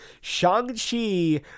Shang-Chi